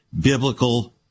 biblical